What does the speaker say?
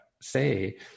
say